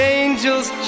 angels